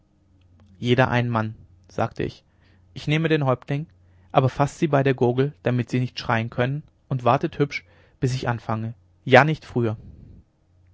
jeder einen mann sagte ich ich nehme den häuptling aber faßt sie bei der gurgel damit sie nicht schreien können und wartet hübsch bis ich anfange ja nicht früher